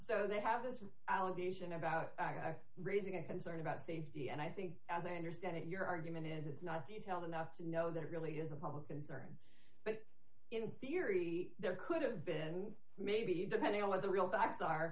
so they have this allegation about raising a hazard about safety and i think as i understand it your argument is it's not detailed enough to know that it really is a public concern but in theory there could have been and maybe depending on what the real facts are